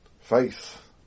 Faith